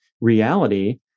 reality